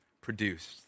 produced